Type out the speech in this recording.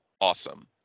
Awesome